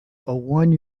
one